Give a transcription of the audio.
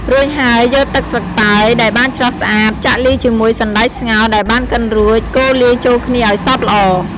រួចហើយ យកទឹកស្លឹកតើយដែលបានច្រោះស្អាត ចាក់លាយជាមួយសណ្ដែកស្ងោរដែលបានកិនរួច កូរលាយចូលគ្នាឱ្យសព្វល្អ។